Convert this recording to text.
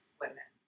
women